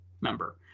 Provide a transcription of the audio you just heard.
member